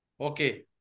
Okay